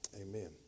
Amen